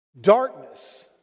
darkness